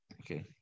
okay